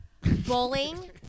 Bowling